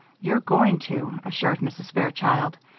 you're going to, assured mrs. fairchild.